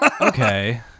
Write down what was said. Okay